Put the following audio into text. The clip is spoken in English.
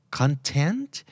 content